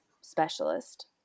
specialist